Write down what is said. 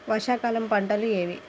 వర్షాకాలం పంటలు ఏవి?